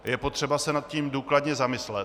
Je potřeba se nad tím důkladně zamyslet.